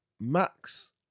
Max